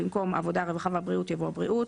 מרשם במקום "העבודה רווחה והבריאות" יבוא "הבריאות".